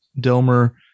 delmer